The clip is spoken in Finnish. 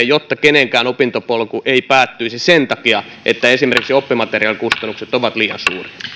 jotta kenenkään opintopolku ei päättyisi sen takia että esimerkiksi oppimateriaalikustannukset ovat